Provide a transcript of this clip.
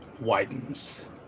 widens